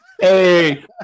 Hey